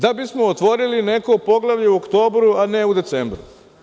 Da bismo otvorili neko poglavlje u oktobru a ne u decembru.